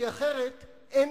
כי אחרת אין